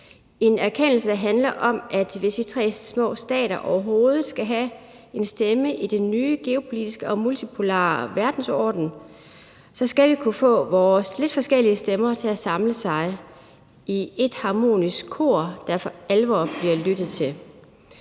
en erkendelse, der handler om, at hvis vi tre små stater overhovedet skal have en stemme i den nye geopolitiske og multipolare verdensorden, skal vi kunne få vores lidt forskellige stemmer til at samle sig i et harmonisk kor, der for alvor bliver lyttet til.